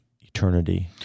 eternity